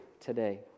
today